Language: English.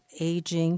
aging